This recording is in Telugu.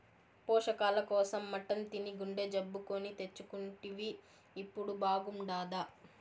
పోషకాల కోసం మటన్ తిని గుండె జబ్బు కొని తెచ్చుకుంటివి ఇప్పుడు బాగుండాదా